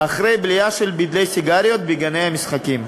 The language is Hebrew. אחרי בליעה של בדלי סיגריות בגני-המשחקים.